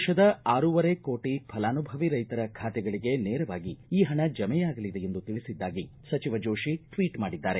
ದೇಶದ ಆರೂವರೆ ಕೋಟಿ ಫಲಾನುಭವಿ ರೈತರ ಖಾತೆಗಳಿಗೆ ನೇರವಾಗಿ ಈ ಹಣ ಜಮೆಯಾಗಲಿದೆ ಎಂದು ತಿಳಿಸಿದ್ದಾಗಿ ಸಚಿವ ಜೋಶಿ ಟ್ವೀಟ್ ಮಾಡಿದ್ದಾರೆ